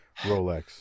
Rolex